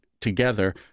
together